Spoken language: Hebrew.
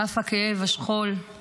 על אף הכאב, השכול הפרטי,